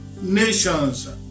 nations